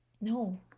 no